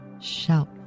shout